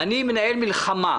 אני מנהל מלחמה,